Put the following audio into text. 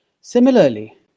Similarly